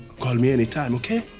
call me anytime, okay?